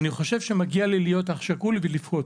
אני חושב שמגיע לי להיות אח שכול ולבכות.